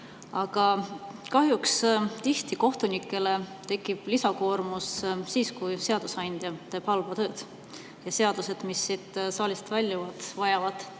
Kahjuks kohtunikele tekib lisakoormus tihti siis, kui seadusandja teeb halba tööd ja seadused, mis siit saalist väljuvad, vajavad täiendavat